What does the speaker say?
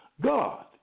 God